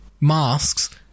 masks